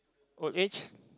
old age